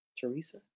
Teresa